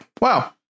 wow